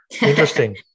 Interesting